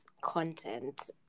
content